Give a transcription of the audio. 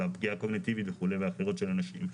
הפגיעה הקוגניטיבית וכו' ואחרות של אנשים,